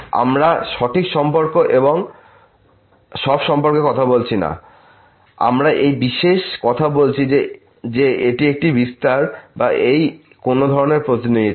আমরা সঠিক সম্পর্ক এবং সব সম্পর্কে কথা বলছি না আমরা এই বিষয়ে কথা বলছি যে এটি একটি বিস্তার বা এই কোন ধরনের প্রতিনিধিত্ব